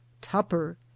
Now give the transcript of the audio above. tupper